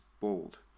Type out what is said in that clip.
bold